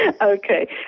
Okay